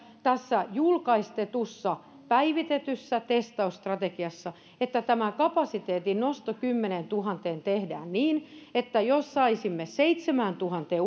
tässä julkistetussa päivitetyssä testausstrategiassa nimenomaan siitä että kapasiteetin nosto kymmeneentuhanteen tehdään niin että jos saisimme seitsemääntuhanteen